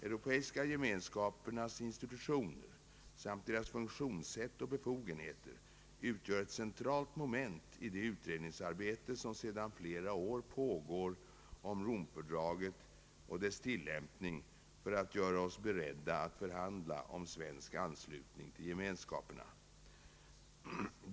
Europeiska gemenskapernas institutioner samt deras funktionssätt och befogenheter utgör ett centralt moment i det utredningsarbete som sedan flera år pågår om Romfördraget och dess tilllämpning för att göra oss beredda att förhandla om svensk anslutning till gemenskaperna.